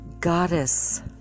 goddess